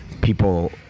people